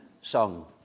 song